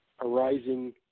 arising